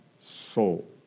soul